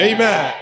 Amen